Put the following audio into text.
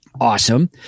awesome